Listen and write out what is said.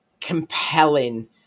compelling